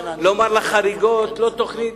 לא תוכנית?